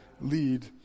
lead